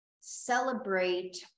celebrate